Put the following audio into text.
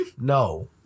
no